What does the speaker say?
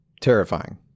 terrifying